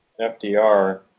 FDR